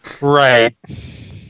Right